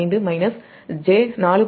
5 j4